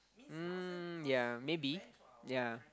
um ya maybe ya